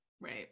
Right